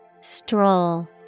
Stroll